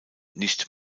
nicht